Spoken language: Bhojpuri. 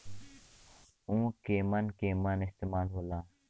उव केमन केमन इस्तेमाल हो ला?